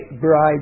bride